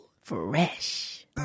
fresh